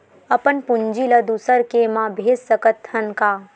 अपन पूंजी ला दुसर के मा भेज सकत हन का?